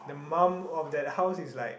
the mum of that house is like